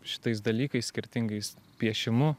šitais dalykais skirtingais piešimu